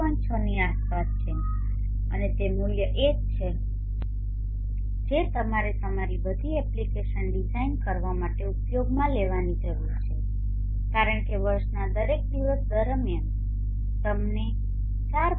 6ની આસપાસ છે અને તે મૂલ્ય એ જ છે કે જે તમારે તમારી બધી એપ્લિકેશન ડિઝાઇન કરવા માટે ઉપયોગમાં લેવાની જરૂર છે કારણ કે વર્ષના દરેક દિવસ દરમિયાન તમને 4